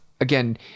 Again